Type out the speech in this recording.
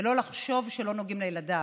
ולא לחשוב שהם לא נוגעים לילדיו.